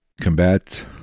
combat